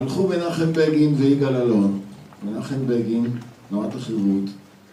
הלכו מנחם בגין ויגאל אלון. מנחם בגין, תנועת החירות,